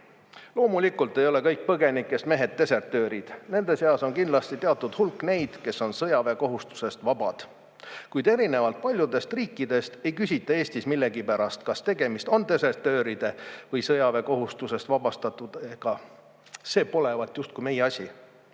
Loomulikult ei ole kõik põgenikest mehed desertöörid, nende seas on kindlasti teatud hulk neid, kes on sõjaväekohustusest vabad. Kuid erinevalt paljudest riikidest ei küsita Eestis millegipärast, kas tegemist on desertööri või sõjaväekohustusest vabastatuga – see polevat justkui meie asi.